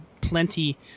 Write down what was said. plenty –